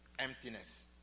emptiness